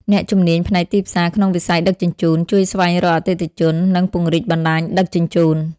អ្នកជំនាញផ្នែកទីផ្សារក្នុងវិស័យដឹកជញ្ជូន ជួយស្វែងរកអតិថិជន និងពង្រីកបណ្តាញដឹកជញ្ជូន។